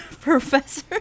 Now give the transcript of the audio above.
professor